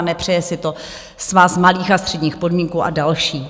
Nepřeje si to Svaz malých a středních podniků a další.